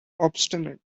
obstinate